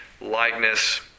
likeness